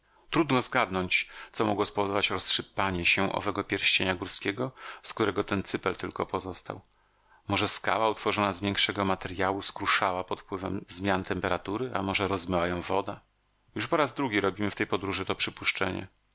trudno zgadnąć co mogło spowodować rozsypanie się owego pierścienia górskiego z którego ten cypel tylko pozostał może skała utworzona z miększego materjału skruszała pod wpływem zmian temperatury a może rozmyła ją woda już po raz drugi robimy w tej podróży to przypuszczenie